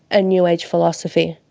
ah new age philosophy.